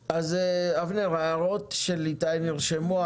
אבנר, ההערות של איתי נרשמו.